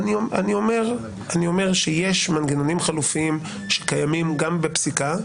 אני אומר שיש מנגנונים חלופיים שקיימים גם בפסיקה,